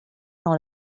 dans